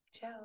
Ciao